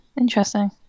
interesting